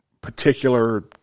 particular